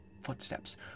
footsteps